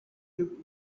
looked